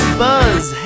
buzz